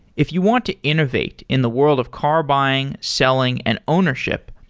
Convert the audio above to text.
if you want to innovate in the world of car buying, selling and ownership,